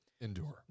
Endure